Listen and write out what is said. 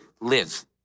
live